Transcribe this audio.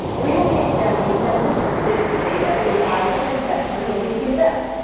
we will be examining census business data through the eyes of an investor looking to invest.